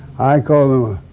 i call them,